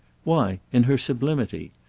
why in her sublimity.